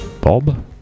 Bob